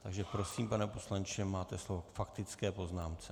Takže prosím, pane poslanče, máte slovo k faktické poznámce.